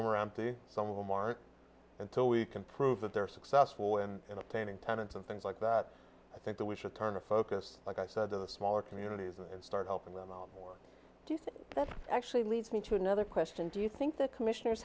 them are empty some of them aren't until we can prove that they're successful and obtaining tenants and things like that i think that we should turn a focus like i said to the smaller communities and start helping them out do you think that actually leads me to another question do you think the commissioners